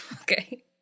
Okay